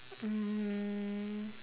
um